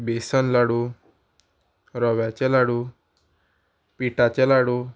बेसन लाडू रव्याचे लाडू पिठाचे लाडू